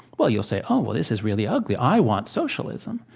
well, you'll say, oh, well this is really ugly. i want socialism.